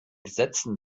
gesetzen